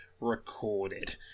recorded